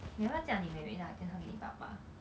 你要不要叫你妹妹打电话给你爸爸